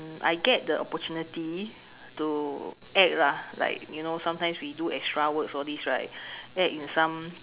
I get the opportunity to act lah like you know sometimes we do extra works all these right act in some